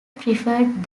preferred